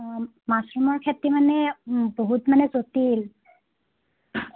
অঁ মাশ্ৰুমৰ খেতি মানে বহুত মানে জটিল